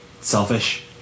selfish